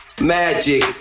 magic